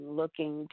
looking